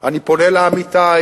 אני פונה לעמיתי,